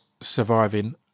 surviving